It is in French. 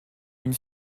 une